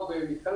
ויטפל